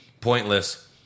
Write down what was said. pointless